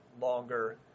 longer